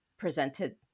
presented